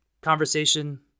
conversation